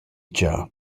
cha